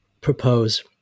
propose